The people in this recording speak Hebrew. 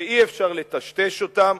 ואי-אפשר לטשטש אותם,